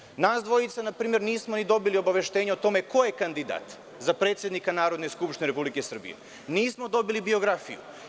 Na primer, nas dvojica nismo ni dobili obaveštenje o tome ko je kandidat za predsednika Narodne skupštine Republike Srbije, nismo dobili biografiju.